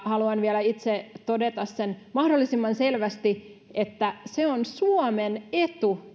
haluan vielä itse todeta mahdollisimman selvästi sen että se on suomen etu